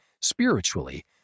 spiritually